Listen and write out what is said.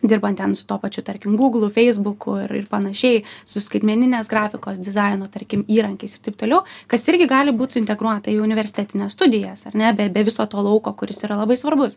dirbant ten su tuo pačiu tarkim guglu feisbuku ir ir panašiai su skaitmeninės grafikos dizaino tarkim įrankiais ir taip toliau kas irgi gali būt suintegruota į universitetines studijas ar ne be be viso to lauko kuris yra labai svarbus